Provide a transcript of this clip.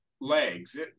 legs